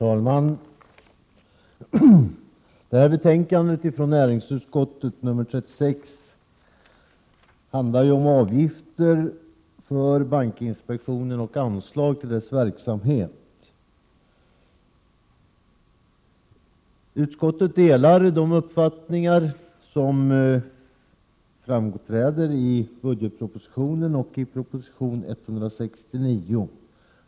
Herr talman! Betänkande 36 från näringsutskottet handlar om avgifter för bankinspektionen och anslag till dess verksamhet. Utskottet delar de uppfattningar som framkommer i budgetpropositionen och i proposition 169.